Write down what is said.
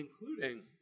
including